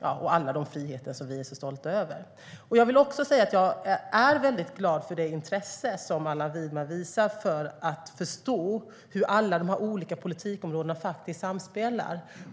och alla de friheter som vi är så stolta över. Jag är glad över det intresse som Allan Widman visar för att förstå hur alla de olika politikområdena samspelar.